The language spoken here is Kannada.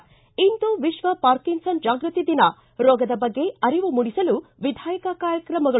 ಿ ಇಂದು ವಿಶ್ವ ಪಾರ್ಕಿನ್ ಸನ್ ಜಾಗೃತಿ ದಿನ ರೋಗದ ಬಗ್ಗೆ ಅರಿವು ಮೂಡಿಸಲು ವಿಧಾಯಕ ಕಾರ್ಯಕ್ರಮಗಳು